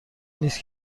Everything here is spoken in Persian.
نیست